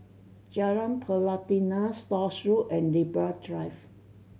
Jalan Pelatina Stores Road and Libra Drive